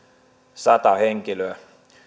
sata henkilöä